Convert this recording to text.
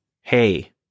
hey